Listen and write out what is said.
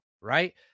right